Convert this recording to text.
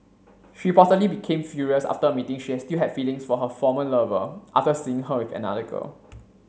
she reportedly became furious after admitting she still had feelings for her former lover after seeing her with another girl